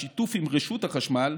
בשיתוף עם רשות החשמל,